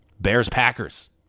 Bears-Packers